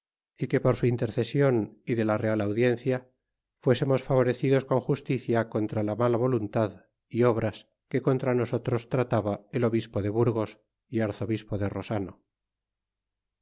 y que por su intercesion y de la real audiencia fuésemos favorecidos con justicia contra la mala voluntad y obras que contra nosotros trataba el obispo de burgos y arzobispo de rosano